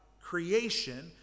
creation